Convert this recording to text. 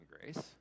grace